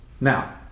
Now